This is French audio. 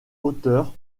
hauteurs